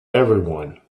everyone